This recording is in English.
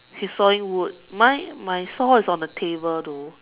he's sawing wood my my saw is on the table though